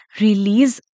release